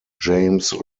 james